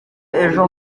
ejo